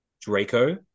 Draco